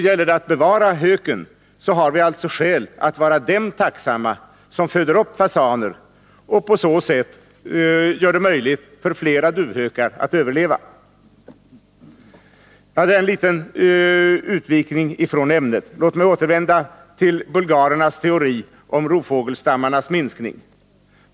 Gäller det att bevara höken har vi alltså skäl att vara dem tacksamma som föder upp fasaner och på så sätt gör det möjligt för flera duvhökar att överleva. Det här var en liten utvikning från ämnet. Låt mig återvända till bulgarernas teori om rovfågelstammarnas minskning.